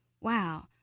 wow